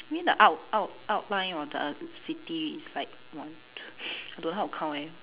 you mean the out~ out~ outline of the city is like one I don't know how to count leh